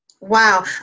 Wow